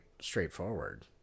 straightforward